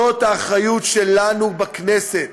זאת האחריות שלנו בכנסת: